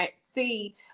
see